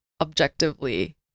objectively